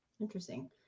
Interesting